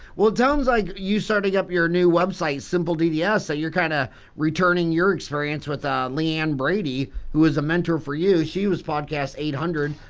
well it sounds like you starting up your new website simple dds yeah so you're kind of returning your experience with ah leann brady who was a mentor for you she was podcast eight hundred,